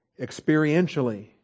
experientially